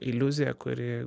iliuzija kuri